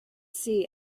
see